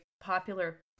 popular